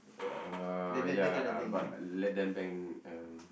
uh ya uh but let them bang uh